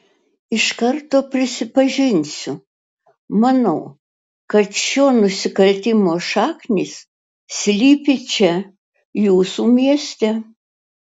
iš karto prisipažinsiu manau kad šio nusikaltimo šaknys slypi čia jūsų mieste